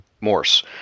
Morse